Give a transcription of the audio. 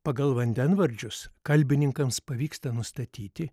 pagal vandenvardžius kalbininkams pavyksta nustatyti